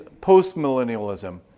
postmillennialism